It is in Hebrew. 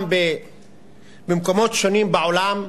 גם במקומות שונים בעולם,